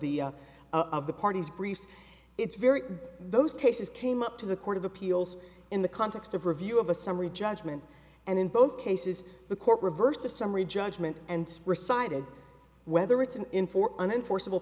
the of the parties briefs it's very those cases came up to the court of appeals in the context of review of a summary judgment and in both cases the court reversed a summary judgment and recited whether it's an in for an enforceable